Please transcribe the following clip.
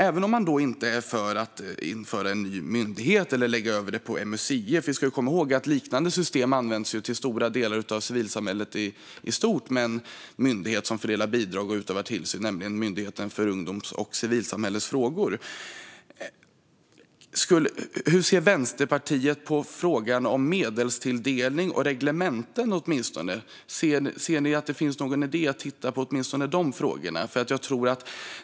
Även om man inte är för att införa en ny myndighet eller att lägga över detta på MUCF ska man komma ihåg att ett liknande system - med en myndighet, Myndigheten för ungdoms och civilsamhällesfrågor, som fördelar bidrag och utövar tillsyn - till stora delar används av civilsamhället i stort. Hur ser Vänsterpartiet på frågan om medelstilldelning och reglementen? Ser Vänsterpartiet att det är någon idé att åtminstone titta på de frågorna?